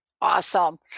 Awesome